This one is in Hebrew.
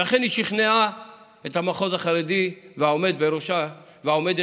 ואכן, היא שכנעה את המחוז החרדי והעומדת בראשו,